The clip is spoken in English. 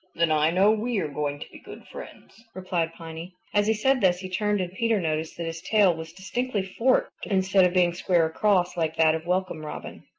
then i know we are going to be good friends, replied piny. as he said this he turned and peter noticed that his tail was distinctly forked instead of being square across like that of welcome robin.